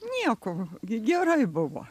nieko gerai buvo